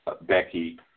Becky